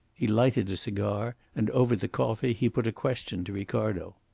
he lighted a cigar, and over the coffee he put a question to ricardo.